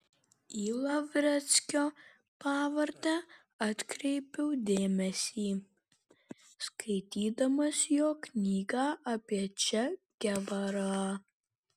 į lavreckio pavardę atkreipiau dėmesį skaitydamas jo knygą apie če gevarą